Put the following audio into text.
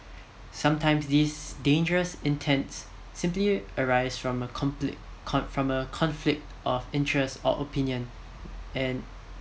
sometimes this dangerous intends simply arise from a conflict from a conflict of interest or opinion